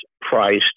priced